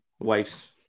Wife's